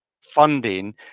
funding